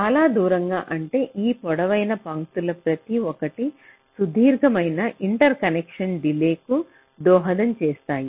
చాలా దూరంగా అంటే ఈ పొడవైన పంక్తులు ప్రతి ఒక్కటి సుదీర్ఘమైన ఇంటర్కనెక్షన్ డిలే కు దోహదం చేస్తాయి